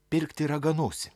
pirkti raganosį